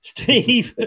Steve